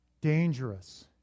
dangerous